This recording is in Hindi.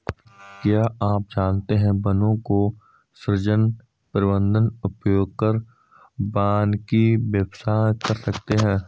क्या आप जानते है वनों का सृजन, प्रबन्धन, उपयोग कर वानिकी व्यवसाय कर सकते है?